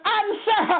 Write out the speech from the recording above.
answer